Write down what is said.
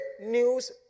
news